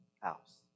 house